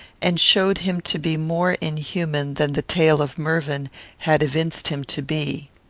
and showed him to be more inhuman than the tale of mervyn had evinced him to be.